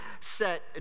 set